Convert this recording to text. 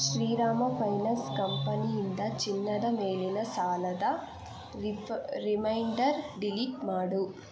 Shriram Finance ಕಂಪನಿಯಿಂದ ಚಿನ್ನದ ಮೇಲಿನ ಸಾಲದ ರಿಫ್ ರಿಮೈಂಡರ್ ಡಿಲೀಟ್ ಮಾಡು